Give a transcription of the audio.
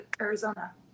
Arizona